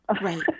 Right